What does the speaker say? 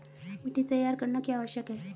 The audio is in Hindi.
मिट्टी तैयार करना क्यों आवश्यक है?